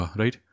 right